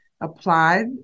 applied